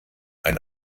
ein